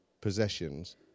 possessions